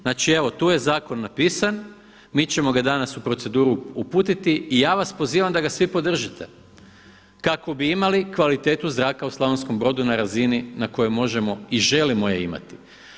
Znači evo tu je zakon napisan, mi ćemo ga danas u proceduru uputiti i ja vas pozivam da ga svi podržite kako bi imali kvalitetu zraka u Slavonskom Brodu na razini na kojoj možemo i želimo je imati.